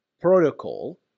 protocol